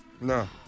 No